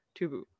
Tubu